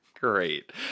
great